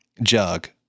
jug